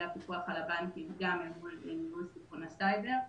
הפיקוח על הבנקים גם אל מול סיכוני סייבר.